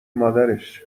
مادرش